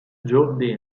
joe